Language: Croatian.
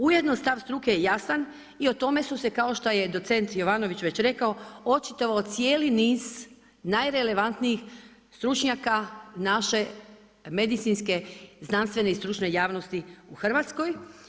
Ujedno stav struke je jasan i o tome su se kao što je docent Jovanović već rekao, očitovao cijeli niz najrelevantnijih stručnjaka naše medicinske, znanstvene i stručne javnosti u Hrvatskoj.